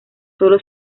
solo